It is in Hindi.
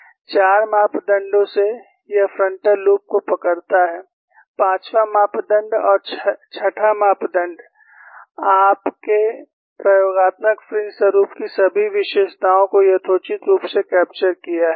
4 मापदंडों से यह फ्रंटल लूप को पकड़ता है 5 वाँ मापदण्ड और 6 वाँ मापदण्ड आपने प्रयोगात्मक फ्रिंज स्वरुप की सभी विशेषताओं को यथोचित रूप से कैप्चर किया है